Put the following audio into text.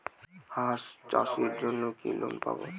হাঁস চাষের জন্য কি লোন পাব?